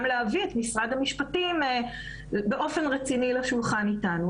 להביא את משרד המשפטים באופן רציני לשולחן איתנו.